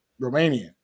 Romanian